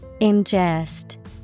Ingest